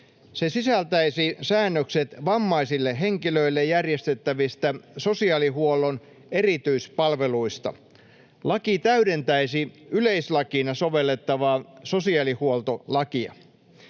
Se sisältäisi säännökset vammaisille henkilöille järjestettävistä sosiaalihuollon erityispalveluista. Laki täydentäisi yleislakina sovellettavaa sosiaalihuoltolakia.